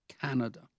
Canada